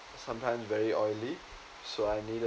sometimes very oily so I need a